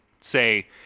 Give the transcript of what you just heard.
say